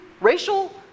racial